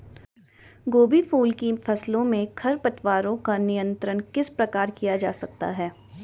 गोभी फूल की फसलों में खरपतवारों का नियंत्रण किस प्रकार किया जा सकता है?